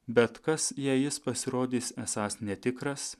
bet kas jei jis pasirodys esąs netikras